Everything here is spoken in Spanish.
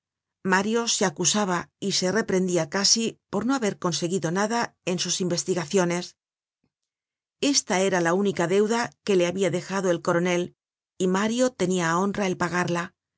mario se acusaba y se reprendia casi por no haber conseguido nada en sus investigaciones esta era la única deuda que le habia dejado el coronel y mario tenia á honra el pagarla